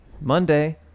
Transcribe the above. Monday